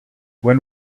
when